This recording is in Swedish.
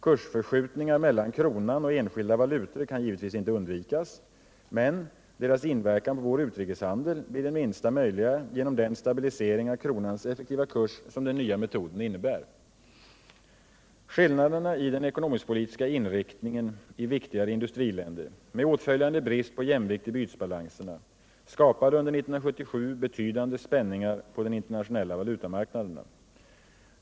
Kursförskjutningar mellan kronan och enskilda valutor kan givetvis inte undvikas, men deras inverkan på vår utrikeshandel blir den minsta möjliga genom den stabilisering av kronans effektiva kurs som den nya metoden innebär. Skillnaderna i den ekonomisk-politiska inriktningen i viktigare industriländer, med åtföljande brist på jämvikt i bytesbalanserna, skapade under 1977 betydande spänningar på de internationella valutamarknaderna.